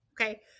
Okay